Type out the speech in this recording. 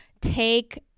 take